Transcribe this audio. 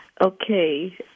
Okay